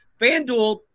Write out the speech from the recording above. FanDuel